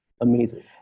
amazing